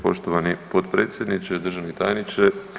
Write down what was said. Poštovani potpredsjedniče, državni tajniče.